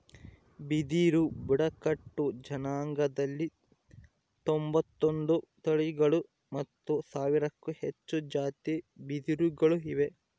ಬಿದಿರು ಬುಡಕಟ್ಟು ಜನಾಂಗದಲ್ಲಿ ತೊಂಬತ್ತೊಂದು ತಳಿಗಳು ಮತ್ತು ಸಾವಿರಕ್ಕೂ ಹೆಚ್ಚು ಜಾತಿ ಬಿದಿರುಗಳು ಇವೆ